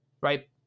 right